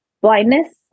blindness